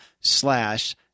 slash